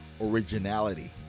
originality